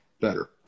better